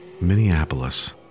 Minneapolis